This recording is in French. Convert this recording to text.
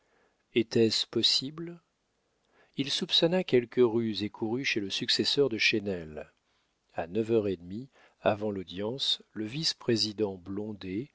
était-ce possible il soupçonna quelque ruse et courut chez le successeur de chesnel a neuf heures et demie avant l'audience le vice-président